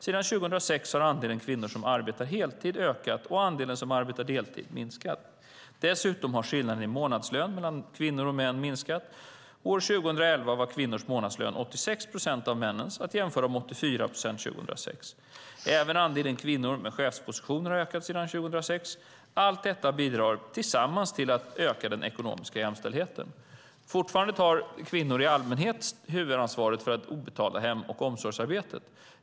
Sedan 2006 har andelen kvinnor som arbetar heltid ökat och andelen som arbetar deltid minskat. Dessutom har skillnaden i månadslön mellan kvinnor och män minskat. År 2011 var kvinnors månadslön 86 procent av männens, att jämföra med 84 procent år 2006. Även andelen kvinnor med chefspositioner har ökat sedan 2006. Allt detta bidrar tillsammans till att öka den ekonomiska jämställdheten. Fortfarande tar kvinnor i allmänhet huvudansvaret för det obetalda hem och omsorgsarbetet.